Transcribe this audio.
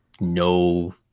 no